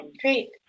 Great